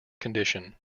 condition